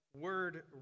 word